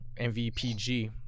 MVPG